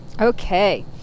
Okay